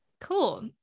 Cool